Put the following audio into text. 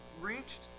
reached